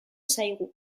zaigu